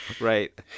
right